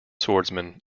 swordsman